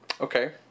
Okay